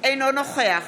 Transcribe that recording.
אינו נוכח